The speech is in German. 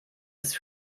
ist